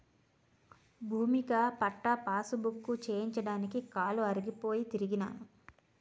భూమిక patta passbook చేయించడానికి కాలు అరిగిపోయి తిరిగినాను